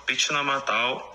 pičinamą tau